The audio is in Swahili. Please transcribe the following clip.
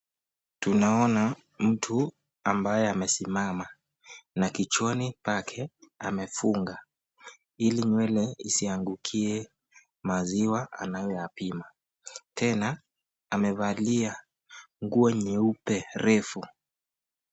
Tunaona mtu ambaye amesimama. Na kichwani pake amefunga, ili nywele isiangukie maziwa anayoyapima. Tena, amevalia nguo nyeupe refu.